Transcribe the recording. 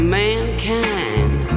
mankind